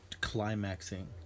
climaxing